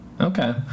Okay